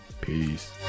peace